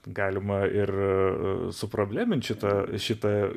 galima ir a suproblemint šitą šitą